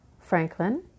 Franklin